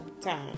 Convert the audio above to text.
time